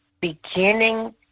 beginning